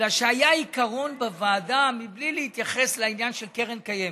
כי היה עיקרון בוועדה מבלי להתייחס לעניין של קרן הקיימת.